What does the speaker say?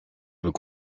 veut